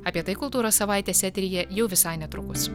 apie tai kultūros savaitės eteryje jau visai netrukus